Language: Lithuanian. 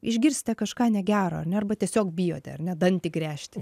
išgirsite kažką negero ar ne arba tiesiog bijote ar ne dantį gręžti